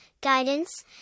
guidance